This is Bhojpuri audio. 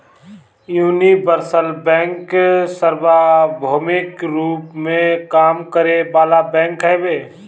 यूनिवर्सल बैंक सार्वभौमिक रूप में काम करे वाला बैंक हवे